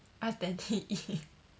ask daddy eat